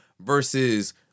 Versus